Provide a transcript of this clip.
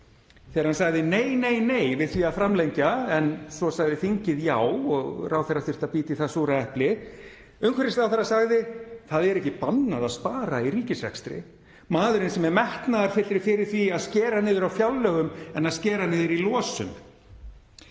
þegar hann sagði nei, nei, nei við því að framlengja en svo sagði þingið já og ráðherra þurfti að bíta í það súra epli. Umhverfisráðherra sagði: „Það er ekki bannað að spara í ríkisrekstri …“— maðurinn sem er metnaðarfyllri fyrir því að skera niður á fjárlögum en að skera niður í losun.